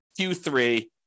Q3